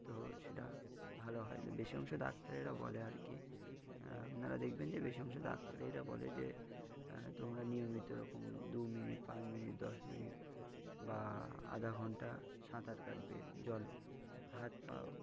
তো সেটা ভালো হয় বেশি অংশ ডাক্তারেরা বলে আর কি আপনারা দেখবেন যে বেশি অংশ ডাক্তারেরা বলে যে তোমরা নিয়মিত এরকম দু মিনিট পাঁচ মিনিট দশ মিনিট বা আধা ঘন্টা সাঁতার কাটবে জলে হাত পাও